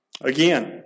Again